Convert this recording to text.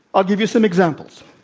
i'll give you some examples.